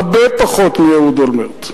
הרבה פחות מאהוד אולמרט.